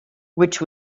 which